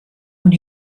und